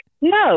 No